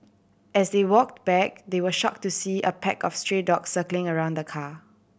as they walked back they were shock to see a pack of stray dog circling around the car